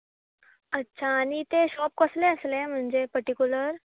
अच्छा आनी तें शॉप कसलें आसलें म्हणचे पर्टिकुलर